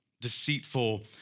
deceitful